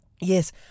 Yes